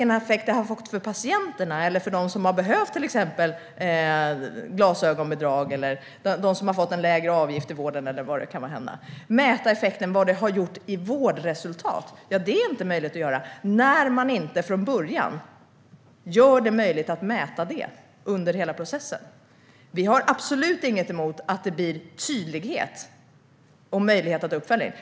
Men att mäta effekten för patienter, för dem som behöver glasögonbidrag eller för dem som har fått en lägre avgift i vården - alltså att mäta effekten i form av vårdresultat - går inte så länge man inte har gjort det möjligt redan från början, under hela processen. Vi har absolut inget emot att det blir tydlighet och möjlighet till uppföljning.